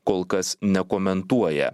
kol kas nekomentuoja